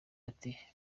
ati